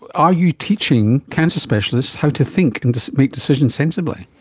are you teaching cancer specialists how to think and make decisions sensibly?